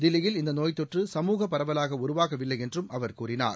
தில்லியில் இந்த நோய் தொற்று சமூக பரவலாக உருவாகவில்லை என்றும் அவர் கூறினார்